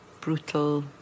brutal